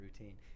routine